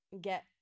get